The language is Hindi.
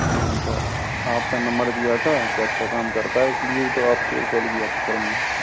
हाँ तो आपका नंबर दिया था कि अच्छा काम करता है इसलिए तो आपको कॉल किया था सर हमने